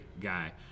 guy